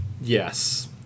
Yes